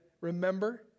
remember